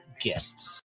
guests